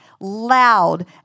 Loud